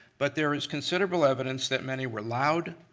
but there is considerable evidence that many were loud,